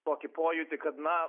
tokį pojūtį kad na